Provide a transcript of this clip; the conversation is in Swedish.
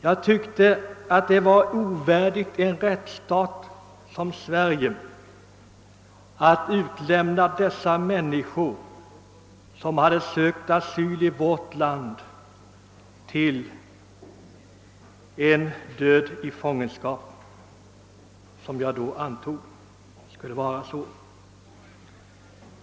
Jag tyckte att det var ovärdigt en rättsstat som Sverige att utlämna dessa människor som hade sökt asyl i vårt land till, som jag då antog, en död i fångenskap.